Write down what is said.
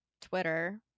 twitter